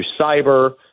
cyber